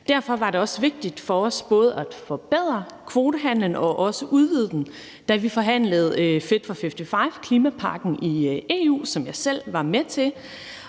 Derfor var det også vigtigt for os både at forbedre kvotehandelen og også udvide den, da vi forhandlede Fit for 55-klimapakken i EU, hvilket jeg selv var med til,